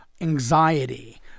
anxiety